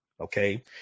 okay